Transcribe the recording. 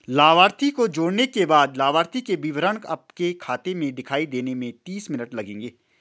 लाभार्थी को जोड़ने के बाद लाभार्थी के विवरण आपके खाते में दिखाई देने में तीस मिनट लगेंगे